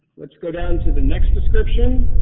let's go down to the next description.